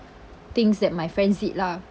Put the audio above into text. things that my friends did lah